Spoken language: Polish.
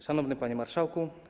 Szanowny Panie Marszałku!